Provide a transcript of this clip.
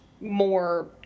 more